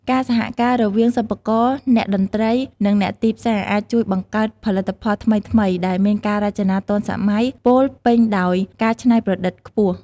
ការសហការរវាងសិប្បករ អ្នកតន្ត្រី និងអ្នកទីផ្សារអាចជួយបង្កើតផលិតផលថ្មីៗដែលមានការរចនាទាន់សម័យពោលពេញដោយការច្នៃប្រឌិតខ្ពស់។